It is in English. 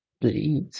bleed